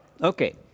Okay